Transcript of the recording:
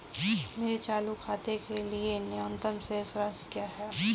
मेरे चालू खाते के लिए न्यूनतम शेष राशि क्या है?